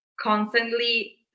constantly